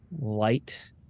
light